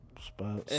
Spot